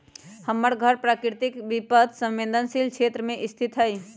हमर घर प्राकृतिक विपत संवेदनशील क्षेत्र में स्थित हइ